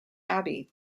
abbey